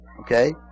Okay